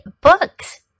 books